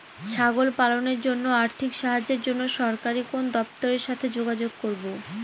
ছাগল পালনের জন্য আর্থিক সাহায্যের জন্য সরকারি কোন দপ্তরের সাথে যোগাযোগ করব?